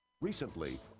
Recently